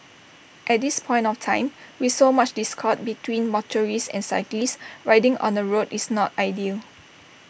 at this point of time with so much discord between motorists and cyclists riding on the road is not ideal